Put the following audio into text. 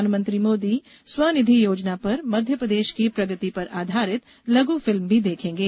प्रधानमंत्री मोदी स्वनिधि योजना पर मध्यप्रदेश की प्रगति पर आधारित लघु फिल्म भी देखेंगे